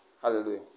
hallelujah